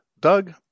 Doug